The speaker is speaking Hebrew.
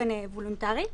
באופן וולונטרי,